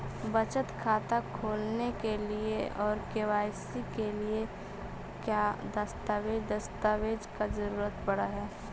बचत खाता खोलने के लिए और के.वाई.सी के लिए का क्या दस्तावेज़ दस्तावेज़ का जरूरत पड़ हैं?